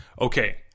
Okay